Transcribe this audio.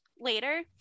later